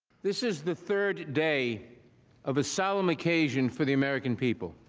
this is the third day of a solemn occasion for the american people.